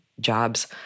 jobs